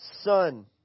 son